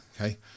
Okay